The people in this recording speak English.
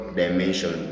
dimension